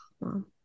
Mom